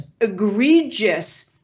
egregious